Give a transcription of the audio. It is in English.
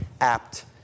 apt